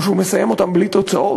או שהיא מסיימת אותן בלי תוצאות.